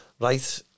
Right